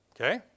Okay